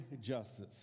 justice